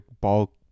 ball